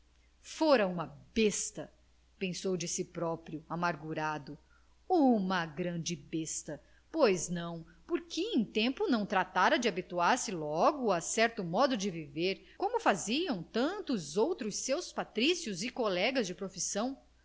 fora uma besta pensou de si próprio amargurado uma grande besta pois não por que em tempo não tratara de habituar se logo a certo modo de viver como faziam tantos outros seus patrícios e colegas de profissão